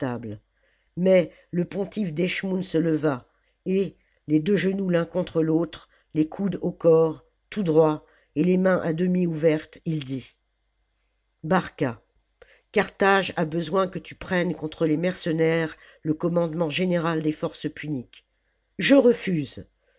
mais le pontife d'eschmoùn se leva et les deux genoux l'un contre l'autre les coudes au corps tout droit et les mains à demi ouvertes il dit barca carthage a besoin que tu prennes contre les mercenaires le commandement général des forces puniques je refuse